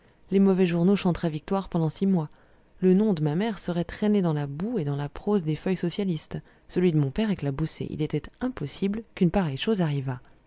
les mauvais journaux chanteraient victoire pendant six mois le nom de ma mère serait traîné dans la boue et dans la prose des feuilles socialistes celui de mon père éclaboussé il était impossible qu'une pareille chose arrivât